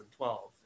2012